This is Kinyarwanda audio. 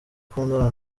akundana